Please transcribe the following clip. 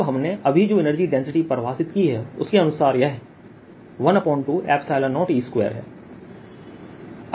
अब हमने अभी जो एनर्जी डेंसिटी परिभाषित की है उसके अनुसार यह 120E2 है